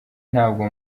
ntabwo